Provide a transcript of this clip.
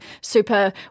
super